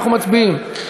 שלי יחימוביץ,